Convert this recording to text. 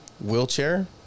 wheelchair